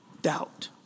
doubt